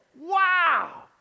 Wow